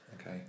Okay